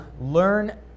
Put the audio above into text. learn